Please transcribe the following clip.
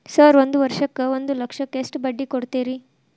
Sir ಒಂದು ವರ್ಷಕ್ಕ ಒಂದು ಲಕ್ಷಕ್ಕ ಎಷ್ಟು ಬಡ್ಡಿ ಕೊಡ್ತೇರಿ?